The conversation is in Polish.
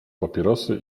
papierosy